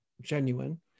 genuine